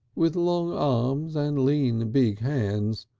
with long arms and lean big hands,